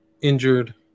injured